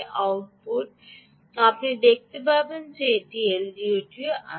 output আপনি দেখতে পারেন যে একটি এলডিও আছে